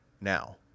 Now